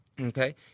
Okay